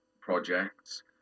projects